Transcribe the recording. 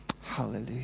Hallelujah